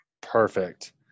Perfect